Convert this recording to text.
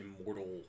immortal